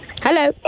hello